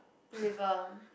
liver